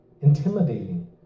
intimidating